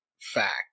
fact